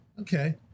Okay